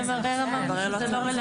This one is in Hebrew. לגבי המברר אמרנו שזה לא רלוונטי.